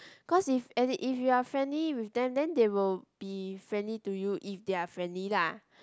cause if and if you are friendly with them then they will be friendly to you if they're friendly lah